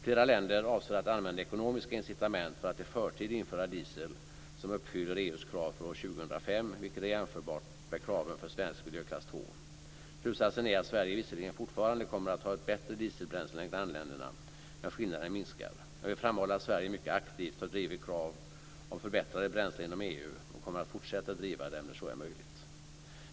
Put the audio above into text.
Flera länder avser att använda ekonomiska incitament för att i förtid införa diesel som uppfyller EU:s krav för år 2005, vilket är jämförbart med kraven för svensk miljöklass 2. Slutsatsen är att Sverige visserligen fortfarande kommer att ha bättre dieselbränslen än grannländerna, men skillnaden minskar. Jag vill framhålla att Sverige mycket aktivt har drivit krav om förbättrade bränslen inom EU och kommer att fortsätta driva dem när så är möjligt.